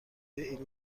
این